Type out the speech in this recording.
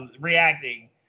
reacting